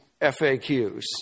FAQs